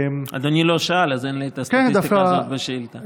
אדוני לא שאל, אז אין את הסטטיסטיקה הזאת בשאילתה.